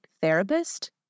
therapist